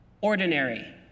Ordinary